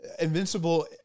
Invincible